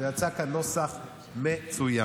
ויצא כאן נוסח מצוין.